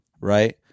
right